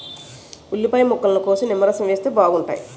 ఉల్లిపాయ ముక్కల్ని కోసి నిమ్మరసం వేస్తే బాగుంటాయి